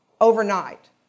overnight